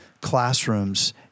classrooms